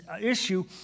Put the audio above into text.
issue